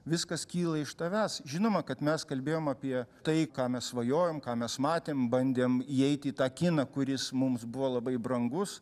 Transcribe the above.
viskas kyla iš tavęs žinoma kad mes kalbėjom apie tai ką mes svajojom ką mes matėm bandėm įeiti į tą kiną kuris mums buvo labai brangus